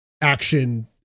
action